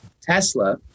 Tesla